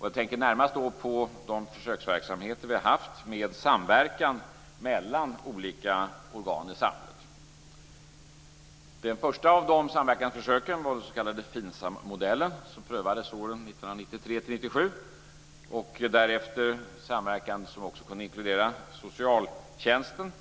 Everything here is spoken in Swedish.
Jag tänker då närmast på de försöksverksamheter som vi har haft med samverkan mellan olika organ i samhället. Det första av dessa samverkansförsök var den s.k. FINSAM modellen, som prövades åren 1993-1997, och därefter en samverkan som också kunde inkludera socialtjänsten.